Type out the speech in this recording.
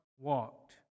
walked